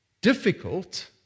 difficult